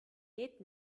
geht